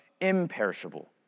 imperishable